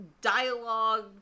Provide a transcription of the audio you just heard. dialogue